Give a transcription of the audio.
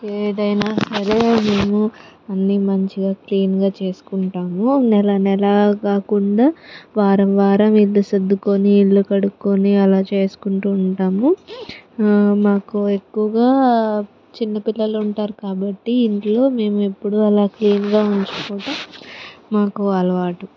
ఏదైనా సరే నేను అన్నీ మంచిగా క్లీన్గా చేసుకుంటాను నెల నెల కాకుండా వారం వారం ఇల్లు సర్దుకొని ఇల్లు కడుక్కొని అలా చేసుకుంటూ ఉంటాము మాకు ఎక్కువగా చిన్నపిల్లలు ఉంటారు కాబట్టి ఇంట్లో మేము ఎప్పుడూ అలా క్లీన్గా ఉంచుకుంటాం మాకు అలవాటు